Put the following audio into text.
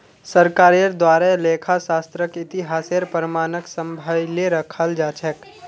सरकारेर द्वारे लेखा शास्त्रक इतिहासेर प्रमाणक सम्भलई रखाल जा छेक